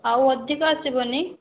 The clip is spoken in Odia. ଆଉ ଅଧିକ ଆସିବନି